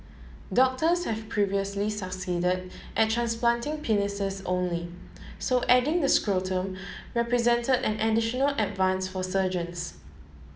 doctors have previously succeed at transplanting penises only so adding the scrotum represent an additional advance for surgeons